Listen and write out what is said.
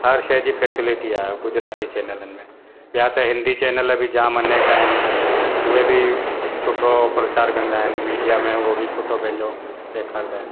हर शइ जी फैसिलिटी आहे गुजराती चैनलनि में ॿिया त हिंदी चैनल बि जाम अनेक आहिनि उहे बि सुठो परचार कंदा आहिनि मीडिया में उहो बि सुठो पंहिंजो ॾेखारींदा आहिनि